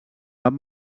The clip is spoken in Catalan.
van